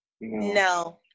no